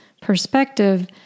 perspective